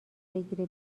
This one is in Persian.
بگیره